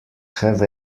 have